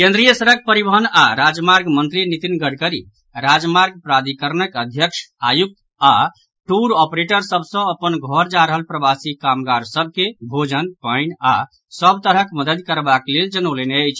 केन्द्रीय सड़क परिवहन आओर राजमार्ग मंत्री नितिन गडकरी राजमार्ग प्राधिकरणक अध्यक्ष आयुक्त आओर टूर ऑपरेटर सभ सँ अपन घर जा रहल प्रवासी कामगार सभ के भोजन पानि आओर सभ तरहक मददि करबाक लेल जनौलनि अछि